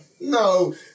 No